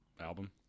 album